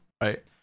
right